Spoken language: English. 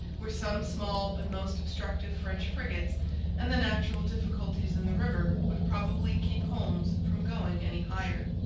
where some small but most obstructive french frigates and the natural difficulties in the river would probably keep holmes from going any higher.